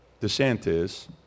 DeSantis